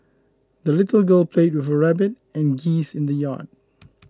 the little girl played with her rabbit and geese in the yard